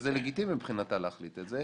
וזה לגיטימי מבחינתה להחליט את זה,